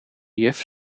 juf